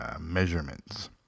measurements